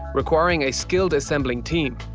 requiring a skill assembling team.